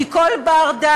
כי כל בר-דעת,